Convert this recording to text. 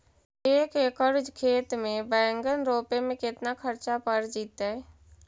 एक एकड़ खेत में बैंगन रोपे में केतना ख़र्चा पड़ जितै?